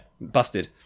busted